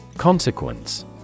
Consequence